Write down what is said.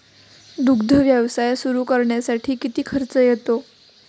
दुग्ध व्यवसाय सुरू करण्यासाठी किती खर्च येतो?